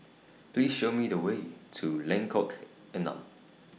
Please Show Me The Way to Lengkok Enam